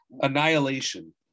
Annihilation